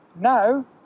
Now